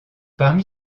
parmi